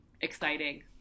exciting